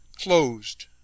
Closed